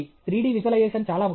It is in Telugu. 3 D విజువలైజేషన్ చాలా ముఖ్యం